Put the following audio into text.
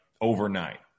overnight